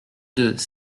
deux